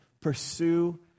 Pursue